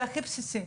זה הכי בסיסי.